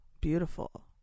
Beautiful